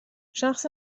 شخص